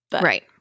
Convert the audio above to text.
Right